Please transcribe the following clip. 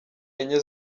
enye